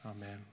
Amen